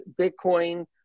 Bitcoin